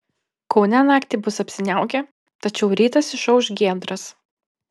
kaune naktį bus apsiniaukę tačiau rytas išauš giedras